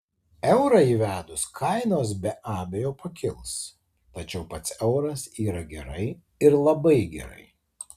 eurą įvedus kainos be abejo pakils tačiau pats euras yra gerai ir labai gerai